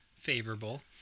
favorable